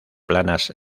planas